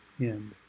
end